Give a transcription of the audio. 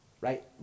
right